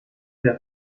der